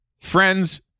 Friends